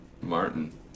Martin